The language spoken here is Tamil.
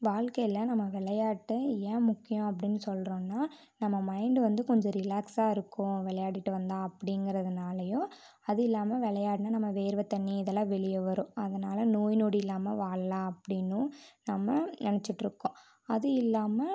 வாழ்க்கையில் நம்ம விளையாட்ட ஏன் முக்கியம் அப்படின்னு சொல்லுறோன்னா நம்ம மைண்டு வந்து கொஞ்சம் ரிலாக்ஸாக இருக்கும் விளையாடிட்டு வந்தால் அப்படிங்கறதுனாலையும் அது இல்லாமல் விளையாடுனா நம்ம வேர்வை தண்ணி இதெல்லாம் வெளியே வரும் அதனால் நோய் நொடியில்லாமல் வாழலாம் அப்படின்னும் நம்ம நினச்சிட்ருக்கோம் அது இல்லாமல்